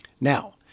Now